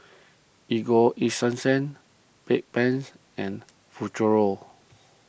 Ego Esunsense Bedpans and Futuro